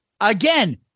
Again